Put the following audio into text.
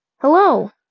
Hello